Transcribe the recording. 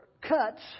cuts